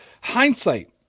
hindsight